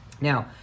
Now